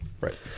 Right